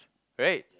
right